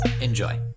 Enjoy